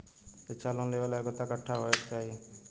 शिक्षा लोन लेवेला योग्यता कट्ठा होए के चाहीं?